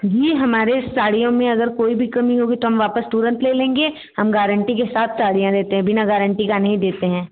जी हमारे साड़ियों में अगर कोई भी कमी होगी तो हम वापस तुरंत ले लेंगे हम गारंटी के साथ साड़ियाँ देते हैं बिना गारंटी के नहीं देते हैं